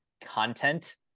content